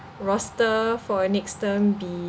roster for next term be